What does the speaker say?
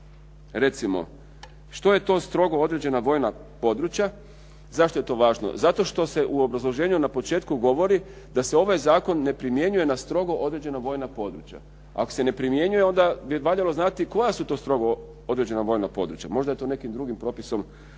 recimo što je to strogo određena vojna područja? Zašto je to važno? Zato što se u obrazloženju na početku govori da se ovaj zakon ne primjenjuje na strogo određena vojna područja. Ako se ne primjenjuje, onda bi valjalo znati koja su to strogo određena vojna područja. Možda je to nekim drugim propisom